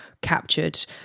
captured